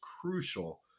crucial